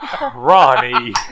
Ronnie